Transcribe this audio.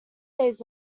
days